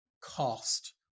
cost